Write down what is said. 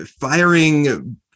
firing